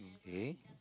okay